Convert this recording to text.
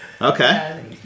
okay